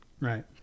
Right